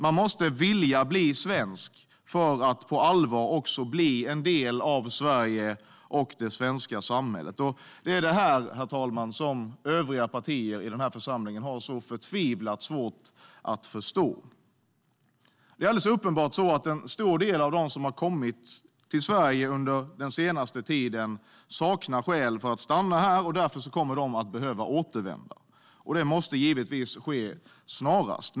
Man måste vilja bli svensk för att på allvar bli en del av Sverige och det svenska samhället. Det är detta, herr talman, som övriga partier i denna församling har så förtvivlat svårt att förstå. Det är alldeles uppenbart att en stor del av dem som har kommit till Sverige under den senaste tiden saknar skäl för att stanna här, och därför kommer de att behöva återvända. Det måste givetvis ske snarast.